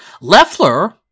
Leffler